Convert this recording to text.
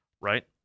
Right